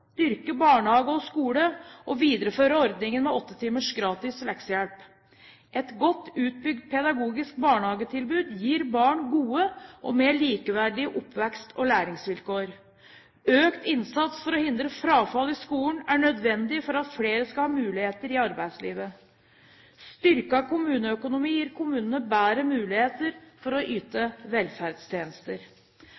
styrke barnehage og skole og videreføre ordningen med 8 timers gratis leksehjelp. Et godt utbygd pedagogisk barnehagetilbud gir barn gode og mer likeverdige oppvekst- og læringsvilkår. Økt innsats for å hindre frafall i skolen er nødvendig for at flere skal ha muligheter i arbeidslivet. Styrket kommuneøkonomi gir kommunene bedre muligheter for å yte